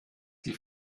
die